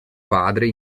padre